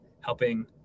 helping